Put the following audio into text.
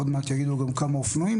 עוד מעט יגידו גם כמה אופנועים,